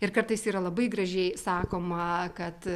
ir kartais yra labai gražiai sakoma kad